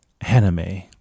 anime